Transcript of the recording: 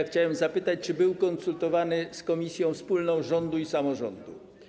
Chciałem zapytać, czy był konsultowany z komisją wspólną rządu i samorządu?